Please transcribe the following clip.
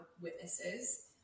witnesses